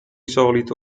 solito